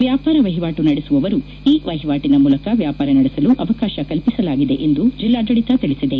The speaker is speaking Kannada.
ವ್ಯಾಪಾರ ವಹಿವಾಟು ನಡೆಸುವವರು ಇ ವಹಿವಾಟನ ಮೂಲಕ ವ್ಯಾಪಾರ ನಡೆಸಲು ಅವಕಾಶ ಕಲ್ಪಿಸಲಾಗಿದೆ ಎಂದು ಜಿಲ್ಲಾಡಳಿತ ತಿಳಿಸಿದೆ